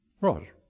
Right